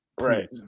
Right